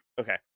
okay